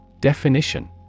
Definition